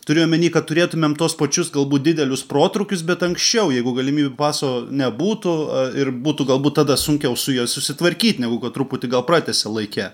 turiu omeny kad turėtumėm tuos pačius galbūt didelius protrūkius bet anksčiau jeigu galimybių paso nebūtų ir būtų galbūt tada sunkiau su juo susitvarkyt negu kad truputį gal pratęsia laike